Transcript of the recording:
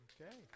Okay